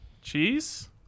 cheese